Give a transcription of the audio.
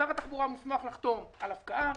שר התחבורה מוסמך לחתום על הפקעה.